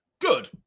Good